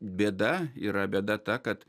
bėda yra bėda ta kad